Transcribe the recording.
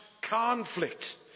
conflict